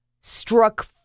struck